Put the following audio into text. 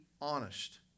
honest